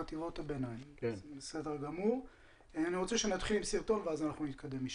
אני רוצה שנתחיל עם סרטון ומשם נתקדם.